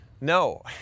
No